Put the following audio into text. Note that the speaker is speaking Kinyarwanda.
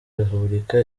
repubulika